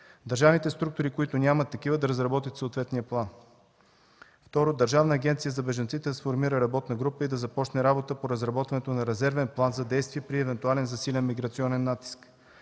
Държавните структури, които нямат такива, да разработят съответния план. Второ, Държавната агенция за бежанците да сформира работна група и да разработи резервен план за действие при евентуален засилен миграционен натиск.